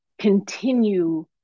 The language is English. continue